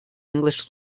english